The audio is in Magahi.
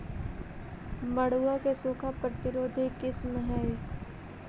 मड़ुआ के सूखा प्रतिरोधी किस्म हई?